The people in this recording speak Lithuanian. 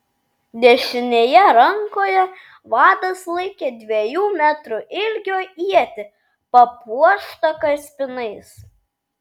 dešinėje rankoje vadas laikė dviejų metrų ilgio ietį papuoštą kaspinais